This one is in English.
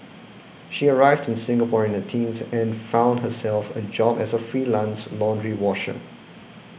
she arrived in Singapore in her teens and found herself a job as a freelance laundry washer